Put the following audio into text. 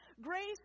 Grace